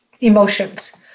emotions